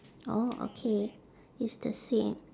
orh okay it's the same